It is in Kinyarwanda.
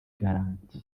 garanti